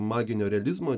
maginio realizmo